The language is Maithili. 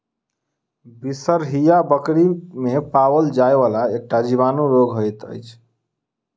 बिसरहिया बकरी मे पाओल जाइ वला एकटा जीवाणु रोग होइत अछि